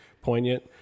poignant